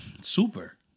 Super